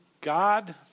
God